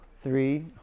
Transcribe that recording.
three